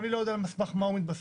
אני לא יודע על סמך מה הוא מתבסס.